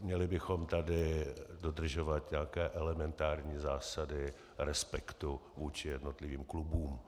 Měli bychom tady dodržovat nějaké elementární zásady respektu vůči jednotlivým klubům.